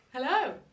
Hello